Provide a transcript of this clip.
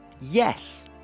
Yes